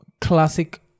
classic